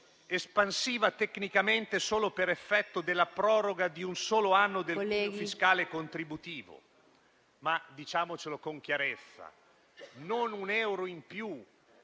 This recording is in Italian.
espansiva tecnicamente solo per effetto della proroga di un solo anno del cuneo fiscale contributivo. Ma diciamocelo con chiarezza: non un euro in più